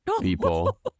people